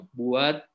buat